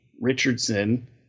Richardson